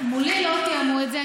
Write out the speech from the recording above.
מולי לא תיאמו את זה.